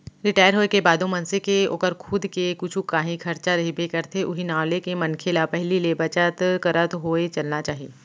retire होए के बादो मनसे के ओकर खुद के कुछु कांही खरचा रहिबे करथे उहीं नांव लेके मनखे ल पहिली ले बचत करत होय चलना चाही